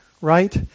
right